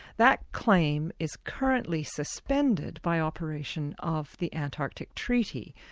that claim is currently suspended by operation of the antarctic treaty,